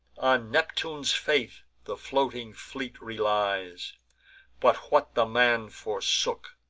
on neptune's faith the floating fleet relies but what the man forsook,